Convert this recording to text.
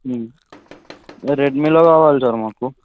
రెడ్మిలో కావాలి సార్ మాకు